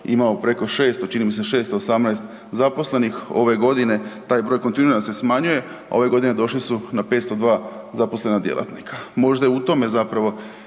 imao preko 600, čini mi se 618 zaposlenih, ove godine taj broj kontinuirano se smanjuje, a ove godine došli su na 502 zaposlena djelatnika. Možda je u tome zapravo